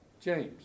James